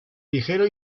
ligero